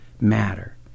matter